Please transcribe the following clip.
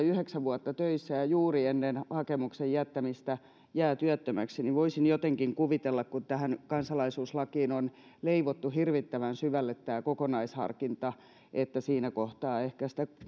yhdeksän vuotta töissä ja juuri ennen hakemuksen jättämistä jää työttömäksi niin voisin jotenkin kuvitella että kun kansalaisuuslakiin on leivottu hirvittävän syvälle tämä kokonaisharkinta siinä kohtaa ehkä sitä